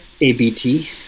ABT